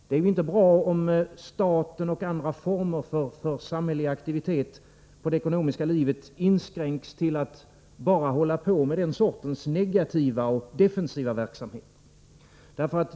Det är inte bra om staten och andra former för samhällelig aktivitet i det ekonomiska livet inskränks till att bara hålla på med den sortens negativa och defensiva verksamhet.